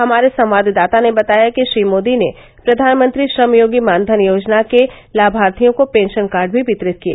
हमारे संवाददाता ने बताया कि श्री मोदी ने प्रधानमंत्री श्रमयोगी मानधन योजना के लाभार्थियों को पेंशन कार्ड भी वितरित किए